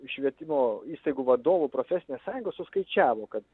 švietimo įstaigų vadovų profesinės sąjunga suskaičiavo kad